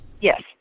Yes